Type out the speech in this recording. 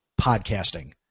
podcasting